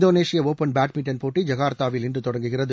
இந்தோனேஷிய open badminton போட்டி ஜகார்தாவில் இன்று தொடங்குகிறது